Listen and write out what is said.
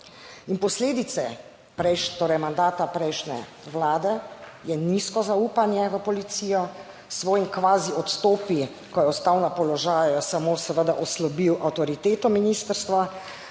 In posledice torej mandata prejšnje vlade je nizko zaupanje v policijo. S svojim kvazi odstopi, ko je ostal na položaju, je samo seveda oslabil avtoriteto ministrstva,